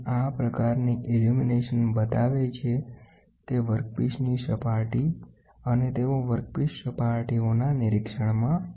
આ પ્રકાર બતાવે છે કે વર્કપીસની સપાટી અને તેઓ વર્કપીસ સપાટીઓના નિરીક્ષણમાં વપરાય છે